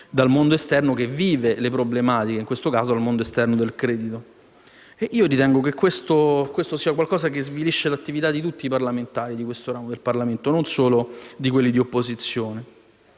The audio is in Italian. dal mondo esterno che vive tali problematiche e, nel caso specifico, dal mondo esterno del credito. Io ritengo che questo svilisca l'attività di tutti i parlamentari di questo ramo del Parlamento, e non solo di quelli dell'opposizione.